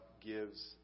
gives